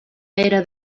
era